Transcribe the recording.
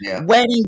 wedding